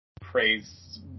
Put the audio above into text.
praise